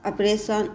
operation